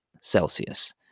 Celsius